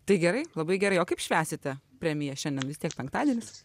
tai gerai labai gerai o kaip švęsite premiją šiandien vis tiek penktadienis